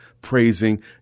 praising